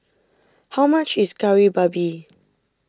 how much is Kari Babi